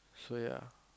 so ya